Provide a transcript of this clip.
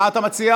מה אתה מציע?